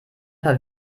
paar